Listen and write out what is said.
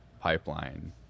pipeline